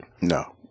No